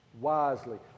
wisely